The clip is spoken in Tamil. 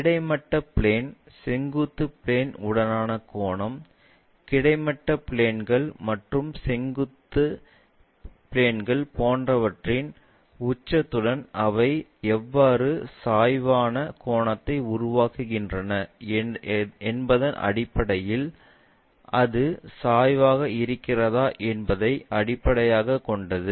கிடைமட்ட பிளேன் செங்குத்து பிளேன் உடனான கோணம் கிடைமட்ட பிளேன்ங்கள் அல்லது செங்குத்து பிளேன்ங்கள் போன்றவற்றின் உச்சியுடன் அவை எவ்வளவு சாய்வான கோணத்தை உருவாக்குகின்றன என்பதன் அடிப்படையில் அது சாய்வாக இருக்கிறதா என்பதை அடிப்படையாகக் கொண்டது